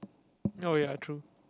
oh ya true